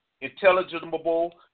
intelligible